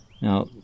Now